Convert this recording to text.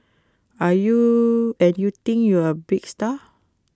are you are you think you're A big star